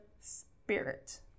spirit